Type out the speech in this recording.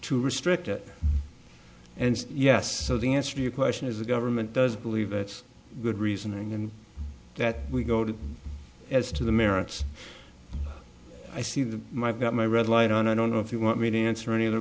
to restrict it and yes so the answer your question is the government does believe it's good reasoning and that we go to as to the merits i see that my got my red light on i don't know if you want me to answer any other